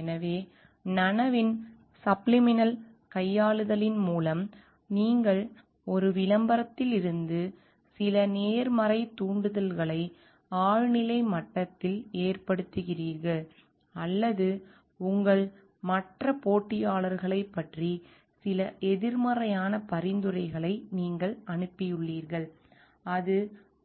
எனவே நனவின் சப்லிமினல் கையாளுதலின் மூலம் நீங்கள் ஒரு விளம்பரத்திலிருந்து சில நேர்மறைத் தூண்டுதல்களை ஆழ்நிலை மட்டத்தில் ஏற்படுத்துகிறீர்கள் அல்லது உங்கள் மற்ற போட்டியாளர்களைப் பற்றி சில எதிர்மறையான பரிந்துரைகளை நீங்கள் அனுப்பியுள்ளீர்கள் அது